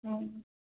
ఆ